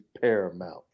paramount